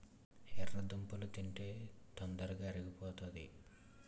ఎర్రదుంపలు తింటే తొందరగా అరిగిపోతాది